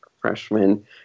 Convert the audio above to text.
Freshman